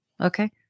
Okay